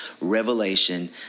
revelation